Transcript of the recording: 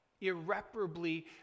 irreparably